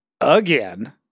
again